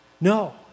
No